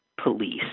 police